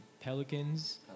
Pelicans